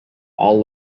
all